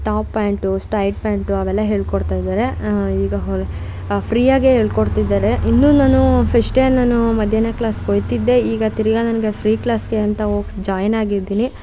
top pant straight pant ಅವೆಲ್ಲ ಹೇಳಿಕೊಡ್ತಾ ಇದ್ದಾರೆ ಈಗ ಹೊರ ಫ್ರೀ ಆಗೇ ಹೇಳಿಕೊಡ್ತಿದ್ದಾರೆ ಇನ್ನೂ ನಾನು ಫಸ್ಟೇ ನಾನು ಮಧ್ಯಾಹ್ನ ಕ್ಲಾಸಿಗೆ ಒಯ್ತಿದ್ದೆ ಈಗ ತಿರ್ಗಿ ನನಗೆ ಫ್ರೀ ಕ್ಲಾಸಿಗೆ ಅಂತ ಹೋಗಿ ಜಾಯಿನ್ ಆಗಿದ್ದೀನಿ